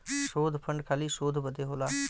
शोध फंड खाली शोध बदे होला